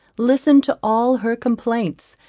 listen to all her complaints,